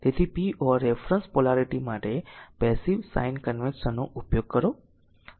તેથી p or reference polarity માટે passive sign convention નો ઉપયોગ કરો